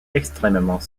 extrêmement